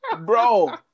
bro